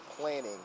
planning